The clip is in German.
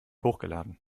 hochgeladen